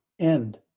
end